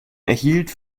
erhielt